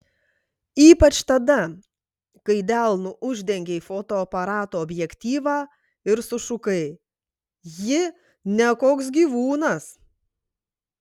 ypač tada kai delnu uždengei fotoaparato objektyvą ir sušukai ji ne koks gyvūnas